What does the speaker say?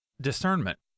discernment